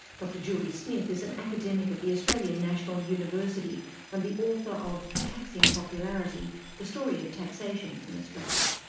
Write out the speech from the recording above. dr julie smith is an academic at the australian national university and the author of taxing popularity the story of taxation in australia.